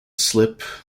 slip